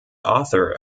author